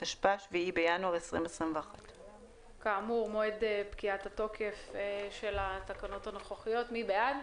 התשפ"א (7 בינואר 2021). מי בעד תקנה 6?